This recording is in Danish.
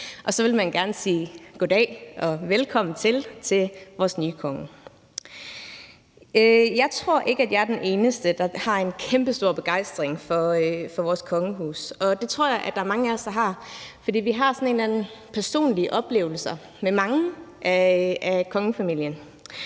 og så ville man gerne sige »goddag« og »velkommen til« til vores nye konge. Jeg tror ikke, jeg er den eneste, der har en kæmpestor begejstring for vores kongehus, og det tror jeg der er mange af os der har, fordi vi har nogle personlige oplevelser med mange af kongefamiliens